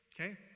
Okay